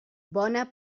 bona